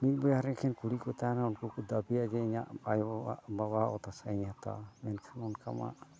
ᱢᱤᱫ ᱵᱚᱭᱦᱟᱨᱮᱱ ᱮᱠᱮᱱ ᱠᱩᱲᱤ ᱠᱚ ᱛᱟᱦᱮᱱᱟ ᱩᱱᱠᱩ ᱠᱚ ᱫᱟᱹᱵᱤᱭᱟ ᱡᱮ ᱤᱧᱟᱹᱜ ᱟᱭᱚᱵᱟᱵᱟᱣᱟᱜ ᱵᱟᱵᱟᱣᱟᱜ ᱚᱛ ᱦᱟᱥᱟᱧ ᱦᱟᱛᱟᱣᱟ ᱢᱮᱱᱠᱷᱟᱱ ᱚᱱᱠᱟ ᱢᱟ